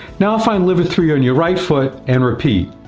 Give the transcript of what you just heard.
now find liver three on your right foot and repeat.